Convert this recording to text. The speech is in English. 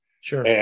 Sure